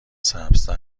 سبزتر